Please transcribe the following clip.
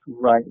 right